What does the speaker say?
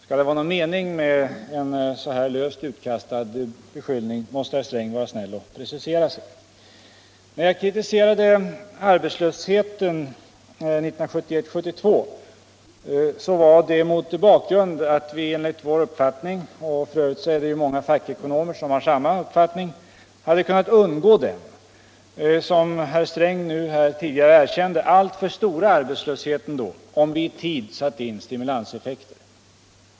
Skall det vara någon mening med en sådan löst utkastad beskyllning, så måste herr Sträng vara snäll och precisera sig. När jag kritiserade arbetslösheten 1971-1972 var det mot bakgrund av att vi enligt min uppfattning — det är f. ö. många fackekonomer som har samma uppfattning — hade kunnat undgå den, som herr Sträng här tidigare erkände, alltför stora arbetslösheten då, om vi i tid satt in stimulansåtgärder.